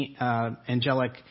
angelic